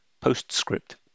Postscript